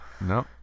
No